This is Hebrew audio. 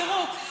תראו,